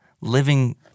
living